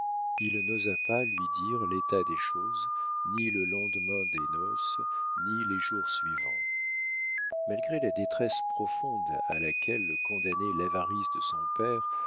il n'osa pas lui dire l'état des choses ni le lendemain des noces ni les jours suivants malgré la détresse profonde à laquelle le condamnait l'avarice de son père